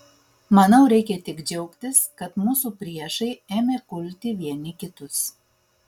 manau reikia tik džiaugtis kad mūsų priešai ėmė kulti vieni kitus